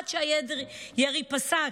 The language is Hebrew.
עד שהירי פסק.